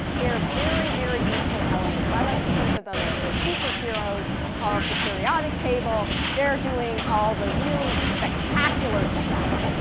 they're very, very useful elements. i like to think of them as the super heroes of the periodic table. they're doing all the really spectacular stuff.